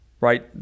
right